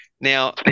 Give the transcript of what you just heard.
Now